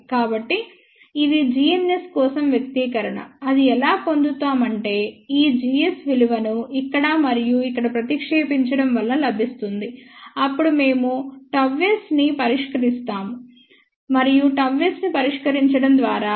కాబట్టి ఇది gns కోసం వ్యక్తీకరణ అది ఎలా పొందుతామంటే ఈ gs విలువను ఇక్కడ మరియు ఇక్కడ ప్రతిక్షేపించడం వలన లభిస్తుంది అప్పుడు మేము ΓS ని పరిష్కరిస్తాం మరియు ΓS ని పరిష్కరించడం ద్వారా